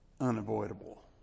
unavoidable